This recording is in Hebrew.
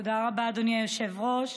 תודה רבה, אדוני היושב-ראש.